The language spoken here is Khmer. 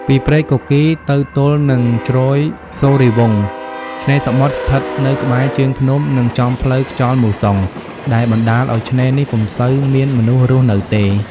ពីព្រែកគគីរទៅទល់នឹងជ្រោយសូរីយ៍វង្ស ឆ្នេរសមុទ្រស្ថិតនៅក្បែរ ជើងភ្នំ និងចំផ្លូវខ្យល់មូសុង ដែលបណ្តាលអោយឆ្នេរនេះពុំសូវមាន មនុស្សរស់នៅទេ ។